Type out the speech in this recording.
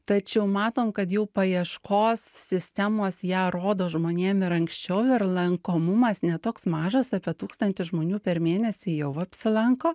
tačiau matom kad jau paieškos sistemos ją rodo žmonėm ir anksčiau ir lankomumas ne toks mažas apie tūkstantis žmonių per mėnesį jau apsilanko